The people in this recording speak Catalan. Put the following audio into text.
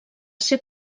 ser